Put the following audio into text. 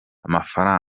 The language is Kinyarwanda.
amafaranga